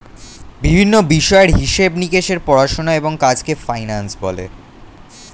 বিভিন্ন বিষয়ের হিসেব নিকেশের পড়াশোনা এবং কাজকে ফিন্যান্স বলে